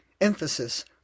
emphasis